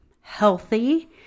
healthy